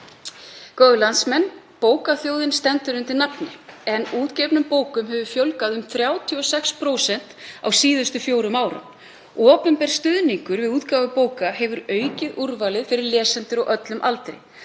Góðir landsmenn. Bókaþjóðin stendur undir nafni en útgefnum bókum hefur fjölgað um 36% á síðustu fjórum árum. Opinber stuðningur við útgáfu bóka hefur aukið úrvalið fyrir lesendur á öllum aldri.